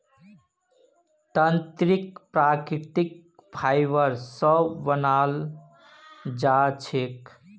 तंत्रीक प्राकृतिक फाइबर स बनाल जा छेक